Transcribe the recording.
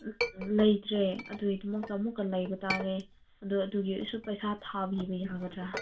ꯂꯩꯇ꯭ꯔꯦ ꯑꯗꯨꯒꯤꯗꯃꯛꯇ ꯑꯃꯨꯛꯀ ꯂꯩꯕ ꯇꯥꯔꯦ ꯑꯗꯣ ꯑꯗꯨꯒꯤ ꯑꯣꯏꯔꯁꯨ ꯄꯩꯁꯥ ꯊꯥꯕꯤꯕ ꯌꯥꯒꯗ꯭ꯔꯥ